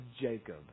Jacob